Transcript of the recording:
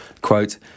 Quote